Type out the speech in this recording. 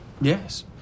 Yes